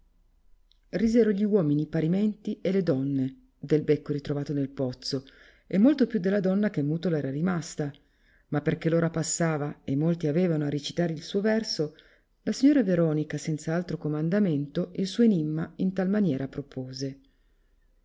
risero gli uomini parimenti e le donne del becco ritrovato nel pozzo e molto più della donna che mutola era rimasa ma perchè l ora passava e molti avevano a ricitar il suo verso la signora vei'onica senza altro comandamento il suo enimma in tal maniera propose